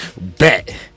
Bet